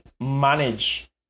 manage